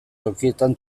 tokietan